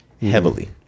heavily